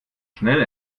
schnell